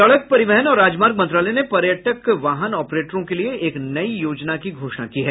सड़क परिवहन और राजमार्ग मंत्रालय ने पर्यटक वाहन ऑपरेटरों के लिए एक नई योजना की घोषणा की है